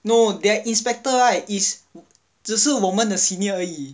no they're inspector right is 只是我们的 senior 而已